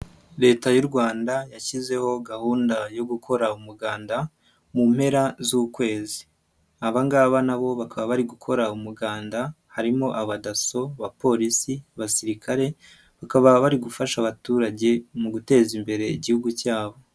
Leta y'u Rwanda yashyizeho gahunda yo gukora umuganda mu mpera z'ukwezi, aba ngaba na bo bakaba bari gukora umuganda harimo abadaso, abapolisi, abasirikare, bakaba bari gufasha abaturage mu guteza imbere Igihugu cyabo.